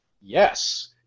Yes